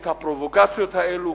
את הפרובוקציות האלו,